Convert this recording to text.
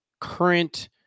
current